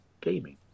gaming